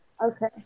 Okay